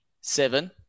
seven